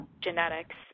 genetics